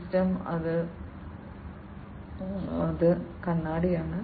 system അത് കണ്ണാടിയാണ്